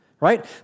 right